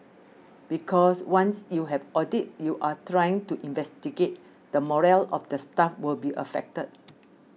because once you have audit you are trying to investigate the morale of the staff will be affected